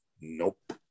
Nope